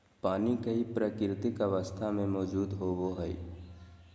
पानी कई प्राकृतिक अवस्था में मौजूद होबो हइ